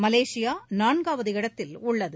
Malaysia நான்காவது இடத்தில் உள்ளது